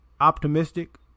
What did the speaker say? optimistic